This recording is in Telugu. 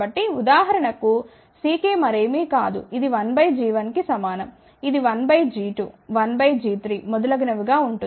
కాబట్టి ఉదాహరణకు Ckమరేమి కాదు ఇది 1 g1 కి సమానం ఇది 1 బై g2 1బై g3మొదలగునవి గా ఉంటుంది